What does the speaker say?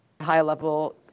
high-level